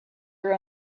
your